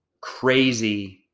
crazy